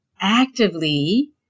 actively